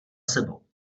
sebou